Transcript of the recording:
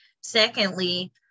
Secondly